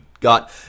got –